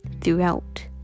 throughout